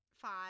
Five